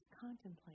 contemplate